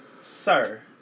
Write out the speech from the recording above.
Sir